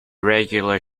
regularly